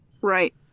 Right